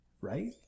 right